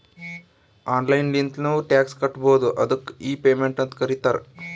online ಲಿಂತ್ನು tax ಕಟ್ಬೋದು ಅದ್ದುಕ್ ಇ ಪೇಮೆಂಟ್ ಅಂತ್ ಕರೀತಾರ